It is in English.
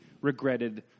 regretted